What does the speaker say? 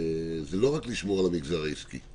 זה לא רק לשמור על המגזר העסקי,